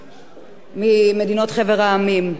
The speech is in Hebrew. הוא הגיע עם אבא, אמא ושתי סבתות.